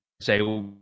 say